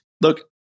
look